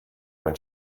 when